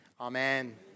Amen